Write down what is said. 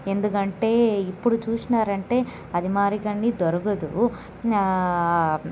ఎందుకంటే ఇప్పుడు చూసినారంటే అది మారిగానే దొరకదు